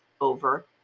over